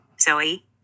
Zoe